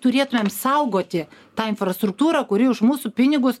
turėtumėm saugoti tą infrastruktūrą kuri už mūsų pinigus